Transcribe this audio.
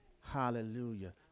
Hallelujah